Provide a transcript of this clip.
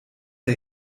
der